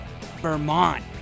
Vermont